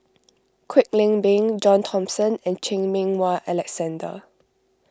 Kwek Leng Beng John Thomson and Chan Meng Wah Alexander